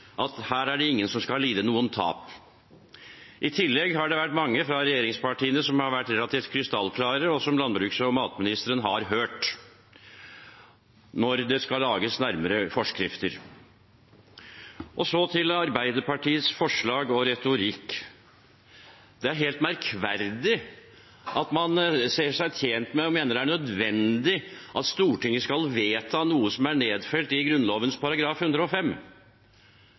at her er det ingen som skal lide noen tap. I tillegg har det vært mange fra regjeringspartiene som har vært relativt krystallklare, og som landbruks- og matministeren har hørt, når det skal lages nærmere forskrifter. Så til Arbeiderpartiets forslag og retorikk: Det er helt merkverdig at man ser seg tjent med og mener det er nødvendig at Stortinget skal vedta noe som er nedfelt i Grunnloven § 105.